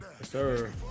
Sir